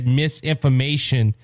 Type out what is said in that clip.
misinformation